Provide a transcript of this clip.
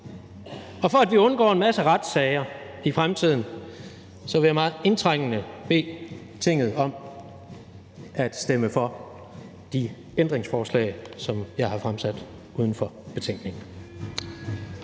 og for at vi undgår en masse retssager i fremtiden, vil jeg meget indtrængende bede Tinget om at stemme for de ændringsforslag, som jeg har stillet uden for betænkningen.